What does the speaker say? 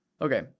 Okay